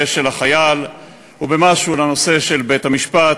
של החייל ובמשהו לנושא של בית-המשפט,